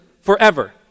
forever